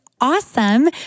awesome